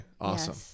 Awesome